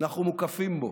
אנחנו מוקפים בו.